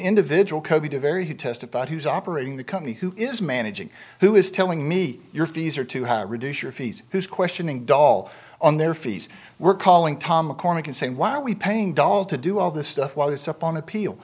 individual kobita very he testified he was operating the company who is managing who is telling me your fees are to have reduce your fees whose questioning dall on their fees we're calling tom mccormack and saying why are we paying dol to do all this stuff while this upon appeal